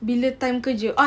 bila time kerja